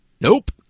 Nope